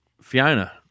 Fiona